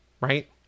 Right